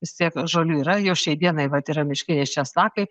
vis tiek žolių yra jau šiai dienai vat yra miškiniai česnakai